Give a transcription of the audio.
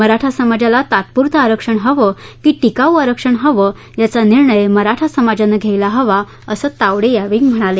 मराठा समाजाला तात्पुरतं आरक्षण हवं की टिकावू आरक्षण हवं याचा निर्णय मराठा समाजाने घ्यायला हवाअसं तावडे यावेळी म्हणाले